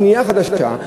פנייה חדשה.